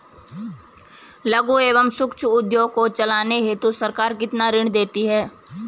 लघु एवं सूक्ष्म उद्योग को चलाने हेतु सरकार कितना ऋण देती है?